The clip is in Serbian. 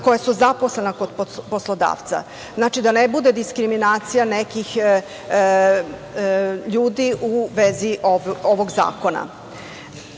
koja su zaposlena kod poslodavca. Znači, da ne bude diskriminacija nekih ljudi u vezi ovog zakona.